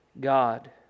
God